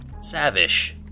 Savish